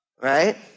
Right